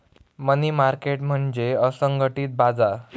मनी market म्हणजे असंघटित बाजार